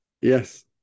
yes